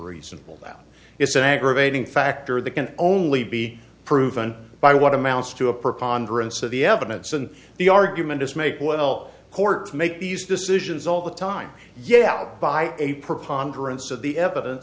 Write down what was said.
reasonable doubt it's an aggravating factor that can only be proven by what amounts to a preponderance of the evidence and the argument is make well courts make these decisions all the time yeah by a preponderance of the evidence